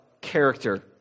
character